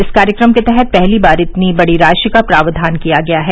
इस कार्यक्रम के तहत पहली बार इतनी बड़ी राशि का प्रावधान किया गया है